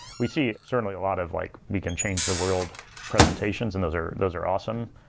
we see certainly a lot of, like we can change the world presentations. and those are those are awesome.